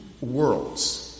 worlds